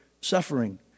suffering